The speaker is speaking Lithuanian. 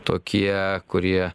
tokie kurie